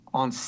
on